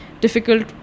difficult